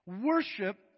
Worship